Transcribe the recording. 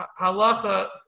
halacha